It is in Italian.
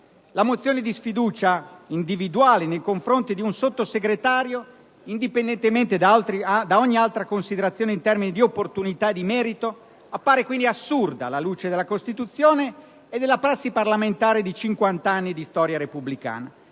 La mozione di sfiducia individuale nei confronti di un Sottosegretario, indipendentemente da ogni altra considerazione in termini di opportunità e di merito, appare quindi assurda alla luce della Costituzione e della prassi parlamentare di 50 anni di storia repubblicana.